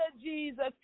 Jesus